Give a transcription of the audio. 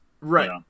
Right